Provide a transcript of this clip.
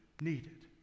needed